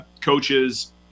coaches